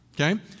okay